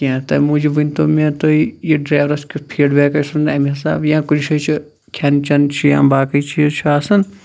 کینٛہہ تمہ موٗجُوب ونتَو مےٚ تُہۍ یہِ ڈرَیورَس کیُتھ فیٖڑبیک آسہِ روٗدمُت امہِ حساب یا کُنہِ جاے چھُ کھیٚن چیٚن چھُ یا باقٕے چیٖز چھِ آسان